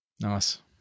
Nice